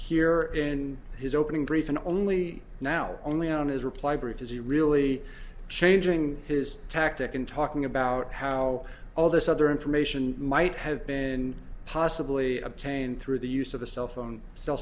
here in his opening brief and only now only on his reply brief is he really changing his tactic in talking about how all this other information might have been possibly obtained through the use of the cell phone cell